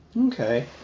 okay